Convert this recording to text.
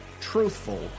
truthful